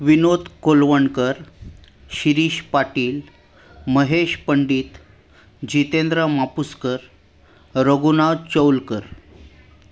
Vinod Kolwankar Shirish Patil Mahesh Pandit Jitendra Mapuskar Raghunath Chaulkar